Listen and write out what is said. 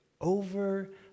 over